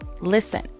Listen